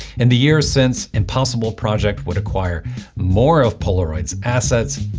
in the years since, impossible project would acquire more of polaroid's assets,